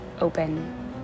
open